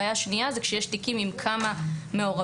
בעיה שנייה היא כשיש תיקים עם כמה מעורבים,